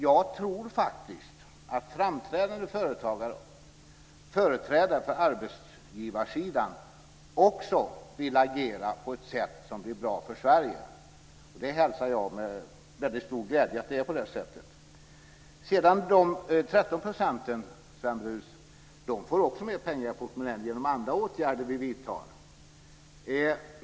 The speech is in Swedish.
Jag tror faktiskt att framträdande företagare, företrädare för arbetsgivarsidan, också vill agera på ett sätt som blir bra för Sverige. Det hälsar jag med väldigt stor glädje. Sedan får också de 13 procenten, Sven Brus, mer pengar i portmonnän genom andra åtgärder som vi vidtar.